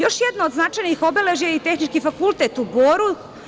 Još jedno od značajnih obeležja je i Tehnički fakultet u Boru.